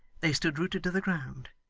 they stood rooted to the ground,